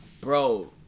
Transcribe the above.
Bro